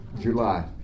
July